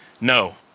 no